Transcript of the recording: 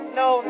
no